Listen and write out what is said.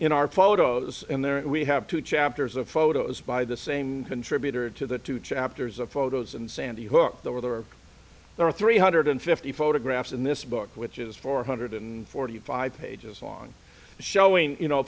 in our photos and there we have two chapters of photos by the same contributor to the two chapters of photos and sandy hook that were there are there are three hundred fifty photographs in this book which is four hundred and forty five pages long showing you know